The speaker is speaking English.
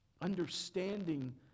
understanding